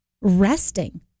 Resting